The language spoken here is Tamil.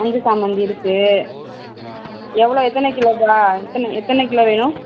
மஞ்ச சாமந்தி இருக்கு எவ்வளோ எத்தனை கிலோப்பா எத்தனை எத்தனை கிலோ வேணும்